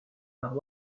par